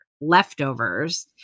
leftovers